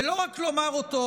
ולא רק לומר אותו,